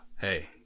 Hey